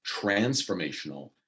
transformational